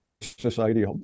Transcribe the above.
society